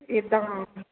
ਇੱਦਾਂ